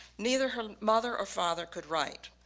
neither her mother or father could write.